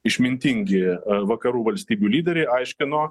išmintingi vakarų valstybių lyderiai aiškino